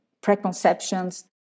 preconceptions